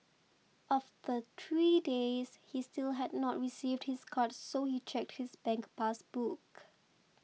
after three days he still had not received his card so he checked his bank pass book